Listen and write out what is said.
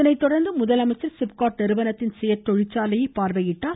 இதனைத் தொடர்ந்து முதலமைச்சர் சிப்காட் நிறுவனத்தின் சியட் தொழிற்சாலையை பார்வையிட்டார்